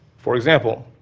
for example,